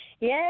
Yes